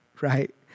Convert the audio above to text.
right